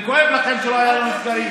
זה כואב לכם שלא היו לנו סגרים.